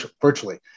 virtually